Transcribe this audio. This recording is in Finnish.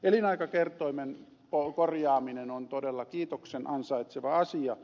elinaikakertoimen korjaaminen on todella kiitoksen ansaitseva asia